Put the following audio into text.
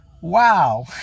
wow